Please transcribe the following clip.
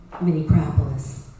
Minneapolis